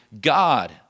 God